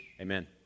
Amen